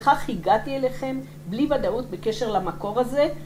איך הגעתי אליכם בלי ודאות בקשר למקור הזה?